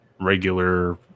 regular